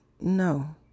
No